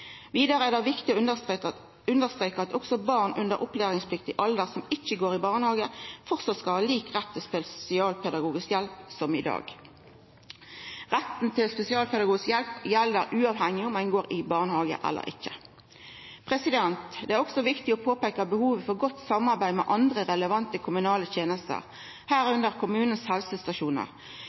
Vidare er det viktig å understreka at også barn under opplæringspliktig alder som ikkje går i barnehage, framleis skal ha lik rett til spesialpedagogisk hjelp som i dag. Retten til spesialpedagogisk hjelp gjeld uavhengig av om ein går i barnehage eller ikkje. Det er også viktig å påpeika behovet for godt samarbeid med andre relevante kommunale tenester, under dette kommunens